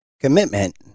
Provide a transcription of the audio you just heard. commitment